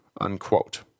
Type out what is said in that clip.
unquote